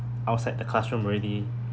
outside the classroom ready